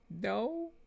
No